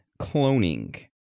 cloning